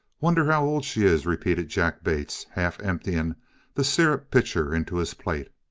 wonder how old she is, repeated jack bates half emptying the syrup pitcher into his plate.